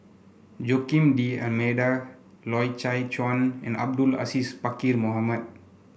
Joaquim D'Almeida Loy Chye Chuan and Abdul Aziz Pakkeer Mohamed